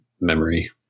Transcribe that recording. memory